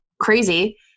crazy